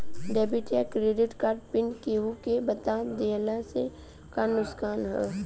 Debit या credit card PIN केहूके बता दिहला से का नुकसान ह?